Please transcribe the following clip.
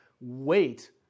wait